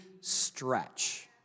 stretch